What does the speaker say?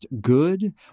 good